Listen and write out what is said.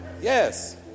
Yes